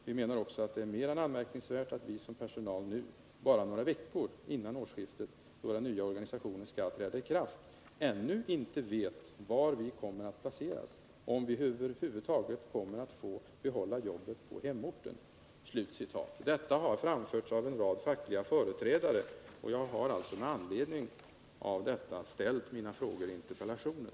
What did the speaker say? Vi menar också att det är mer än anmärkningsvärt att vi som personal nu — bara några veckor innan årsskiftet då den nya organisationen ska träda i kraft — ännu inte vet var vi kommer att placeras. Om vi överhuvudtaget kommer att få behålla jobbet på hemorten.” Detta har framförts av en rad fackliga företrädare, och jag har med anledning av detta ställt mina frågor i interpellationen.